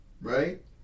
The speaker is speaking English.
Right